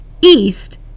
east